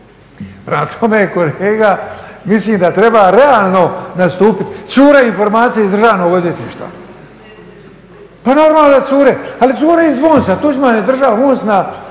tome kolega, mislim da treba realno nastupiti, cure informacije iz Državnog odvjetništva. Pa normalno da cure, ali cure iz VONS-a, Tuđman je držao VONS